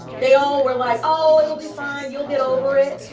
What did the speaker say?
they all were like, oh, it'll be fine. you'll get over it.